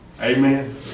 Amen